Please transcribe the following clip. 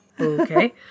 Okay